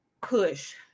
push